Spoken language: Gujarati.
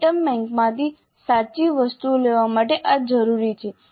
આઇટમ બેંકમાંથી સાચી વસ્તુઓ લેવા માટે આ જરૂરી છે